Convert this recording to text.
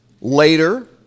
later